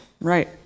Right